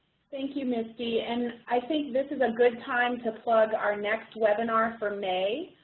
thank you, misty. and i think this is a good time to plug our next webinar for may,